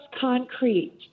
concrete